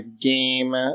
game